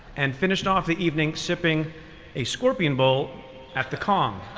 and finished off the evening sipping a scorpion bowl at the kong.